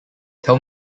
tell